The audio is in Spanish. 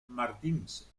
martins